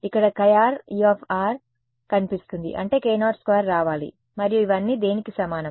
ఇక్కడ χ E కనిపిస్తుంది అంటే k02 రావాలి మరియు ఇవన్నీ దేనికి సమానం